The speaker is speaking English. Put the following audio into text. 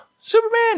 Superman